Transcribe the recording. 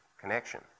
connection